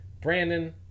Brandon